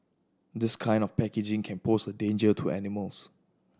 this kind of packaging can pose a danger to animals